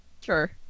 Sure